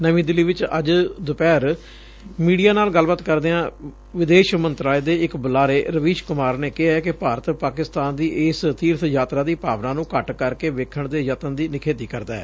ਨਵੀਂ ਦਿੱਲੀ ਵਿਚ ਅੱਜ ਦੁਪਿਹਰ ਮੀਡੀਆ ਨਾਲ ਗੱਲਬਾਤ ਕਰਦਿਆਂ ਵਿਦੇਸ਼ ਮੰਤਰਾਲੇ ਦੇ ਇਕ ਬੁਲਾਰੇ ਰਵੀਸ਼ ਕੁਮਾਰ ਨੇ ਕਿਹੈ ਕਿ ਭਾਰਤ ਪਾਕਿਸਤਾਨ ਦੀ ਇਸ ਤੀਰਬਯਾਤਰਾ ਦੀ ਭਾਵਨਾ ਨੂੰ ਘੱਟ ਕਰ ਕੇ ਵੇਖਣ ਦੇ ਯਤਨ ਦੀ ਨਿਖੇਧੀ ਕਰਦੈ